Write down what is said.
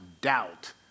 doubt